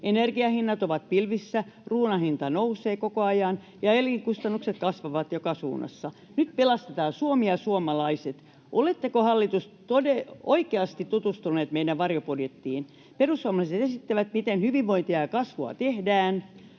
energian hinnat ovat pilvissä, ruuan hinta nousee koko ajan ja elinkustannukset kasvavat joka suunnassa. Nyt pelastetaan Suomi ja suomalaiset. Oletteko, hallitus, oikeasti tutustuneet meidän varjobudjettiimme? Perussuomalaiset esittävät, miten hyvinvointia ja kasvua tehdään